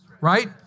right